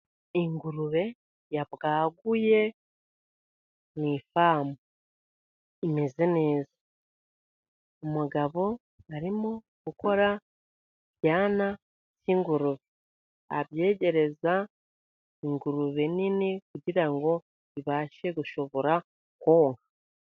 Ingurube yabwaguye mu ifamu imeze neza, umugabo arimo gukora ibyana by'ingurube abyegereza ingurube nini kugira ngo bibashe gushobora konka.